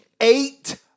eight